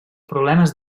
problemes